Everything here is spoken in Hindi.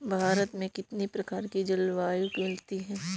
भारत में कितनी प्रकार की जलवायु मिलती है?